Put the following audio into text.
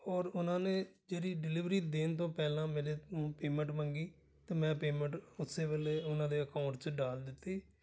ਔਰ ਉਹਨਾਂ ਨੇ ਜਿਹੜੀ ਡਿਲੀਵਰੀ ਦੇਣ ਤੋਂ ਪਹਿਲਾਂ ਮੇਰੇ ਤੋਂ ਪੇਮੈਂਟ ਮੰਗੀ ਅਤੇ ਮੈਂ ਪੇਮੈਂਟ ਉਸੇ ਵੇਲੇ ਉਹਨਾਂ ਦੇ ਅਕਾਊਂਟ 'ਚ ਡਾਲ ਦਿੱਤੀ